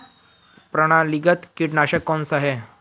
प्रणालीगत कीटनाशक कौन सा है?